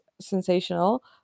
sensational